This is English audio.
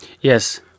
Yes